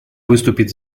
выступит